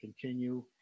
continue